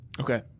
Okay